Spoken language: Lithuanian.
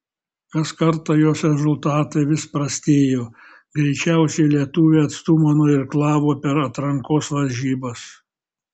kas kartą jos rezultatai vis prastėjo greičiausiai lietuvė atstumą nuirklavo per atrankos varžybas